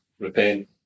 Repent